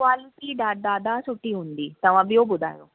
quality ॾा दादा सुठी हूंदी तव्हां ॿियो ॿुधायो